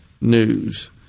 News